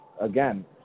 again